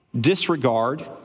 disregard